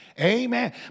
Amen